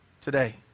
today